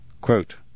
Quote